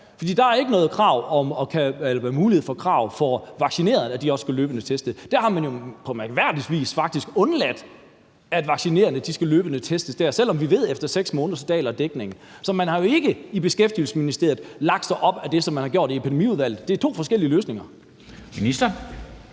der er ikke mulighed for at stille krav om, at de vaccinerede også løbende skal testes. Der har man jo på mærkværdig vis faktisk undladt, at vaccinerede løbende skal testes, selv om vi ved, at dækningen daler efter 6 måneder. Så man har jo ikke i Beskæftigelsesministeriet lagt sig op ad det, som man har gjort i Epidemiudvalget. Det er to forskellige løsninger. Kl.